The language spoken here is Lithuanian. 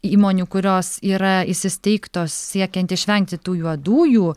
įmonių kurios yra įsisteigtos siekiant išvengti tų juodųjų